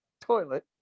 toilet